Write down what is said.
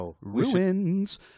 ruins